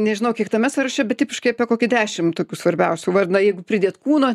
nežinau kiek tame sąraše bet tipiškai apie kokį dešimt tokių svarbiausių var na jeigu pridėt kūno